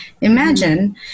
Imagine